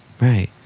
Right